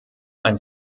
ein